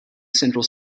central